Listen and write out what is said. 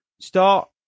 start